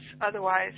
otherwise